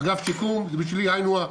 אגף השיקום זה בשבילי היינו הך.